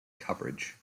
coverage